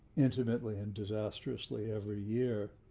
intimately and disastrously every year,